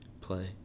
play